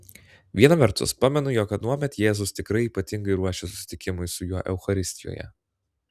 viena vertus pamenu jog anuomet jėzus tikrai ypatingai ruošė susitikimui su juo eucharistijoje